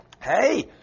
Hey